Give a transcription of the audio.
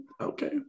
okay